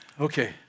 Okay